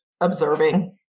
observing